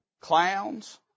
Clowns